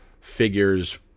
figures